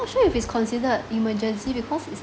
sure if it's considered emergency because it's